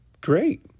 Great